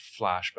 flashback